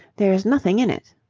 there's nothing in it.